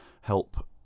help